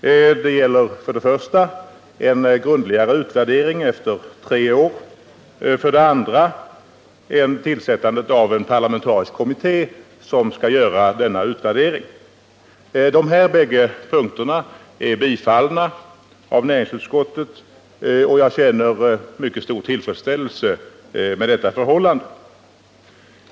De gäller för det första en grundlig utvärdering efter tre år, för det andra tillsättandet av en parlamentarisk kommitté som skall göra denna utvärdering. Dessa båda förslag har tillstyrkts av näringsutskottet, och jag känner mycket stor tillfredsställelse med det förhållandet.